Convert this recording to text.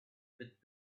with